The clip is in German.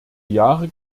jahre